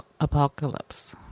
apocalypse